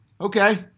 Okay